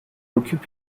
occupe